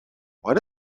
what